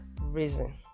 reason